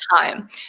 time